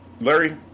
Larry